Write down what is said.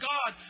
God